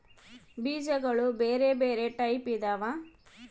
ಬೀಜಗುಳ ಬೆರೆ ಬೆರೆ ಟೈಪಿದವ